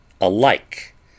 alike